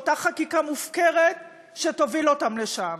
באותה חקיקה מופקרת שתוביל אותם לשם.